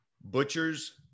butchers